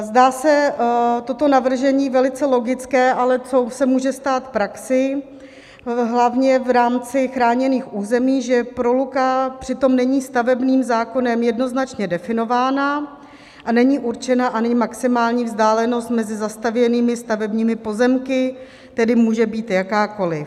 Zdá se toto navržení velice logické, ale co se může stát v praxi, hlavně v rámci chráněných území, že proluka přitom není stavebním zákonem jednoznačně definována a není určena a není maximální vzdálenost mezi zastavěnými stavebními pozemky, tedy může být jakákoli.